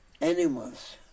animals